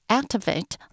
activate